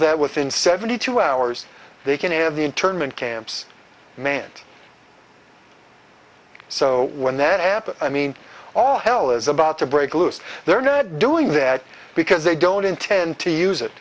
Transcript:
that within seventy two hours they can have the internment camps mant so when that happens i mean all hell is about to break loose they're not doing that because they don't intend to use it